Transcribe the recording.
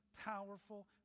powerful